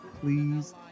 Please